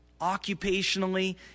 occupationally